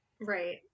Right